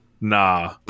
nah